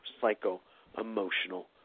psycho-emotional